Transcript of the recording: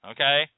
Okay